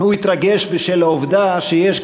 הוא התרגש בשל העובדה שיש,